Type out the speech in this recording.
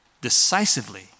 decisively